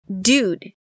dude